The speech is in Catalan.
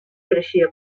creixia